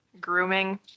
grooming